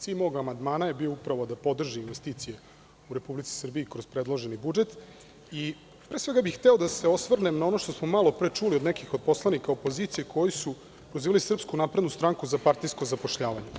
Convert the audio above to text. Cilj mog amandmana je bio upravo da podrži investicije u Republici Srbiji kroz predloženi budžet i, pre svega bi hteo da se osvrnem na ono što smo malo pre čuli od nekih od poslanika opozicije koji su prozivali SNS za partijsko zapošljavanje.